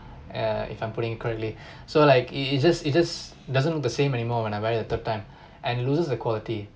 err if I'm putting it correctly so like it it just it just doesn't look the same anymore when I wear it the third time and loses the quality